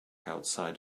outside